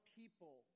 people